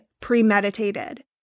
premeditated